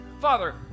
Father